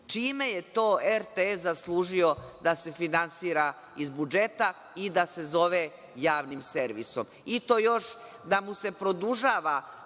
Čime je to RTS zaslužio da se finansira iz budžeta i da se zove javnim servisom? I to da mu se još produžava,